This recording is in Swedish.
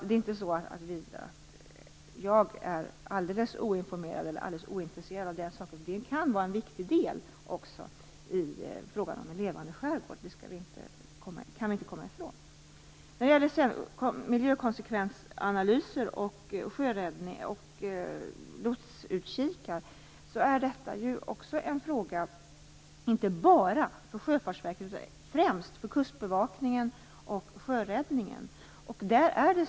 Det är inte så att jag är alldeles oinformerad om eller alldeles ointresserad av den saken. Det kan vara en viktig del i frågan om en levande skärgård. Det kan vi inte komma ifrån. Miljökonsekvensanalyser och lotsutkikar är också en fråga inte bara för Sjöfartsverket utan främst för kustbevakningen och sjöräddningen.